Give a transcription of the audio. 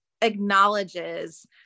acknowledges